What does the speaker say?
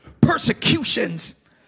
persecutions